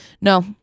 No